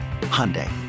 Hyundai